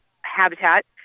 Habitat